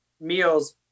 meals